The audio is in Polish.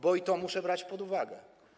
Bo i to muszę brać pod uwagę.